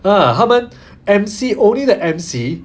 ah 他们 M_C only the M_C